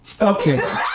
Okay